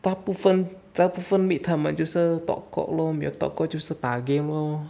大部分大部分 meet 他们就是 talk talk loh 没有 talk talk 就是打 game lor